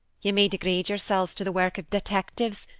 you may degrade yourselves to the work of detectives,